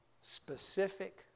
specific